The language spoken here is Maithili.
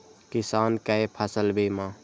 किसान कै फसल बीमा?